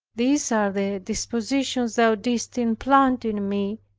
these are the dispositions thou didst implant in me,